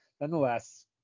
nonetheless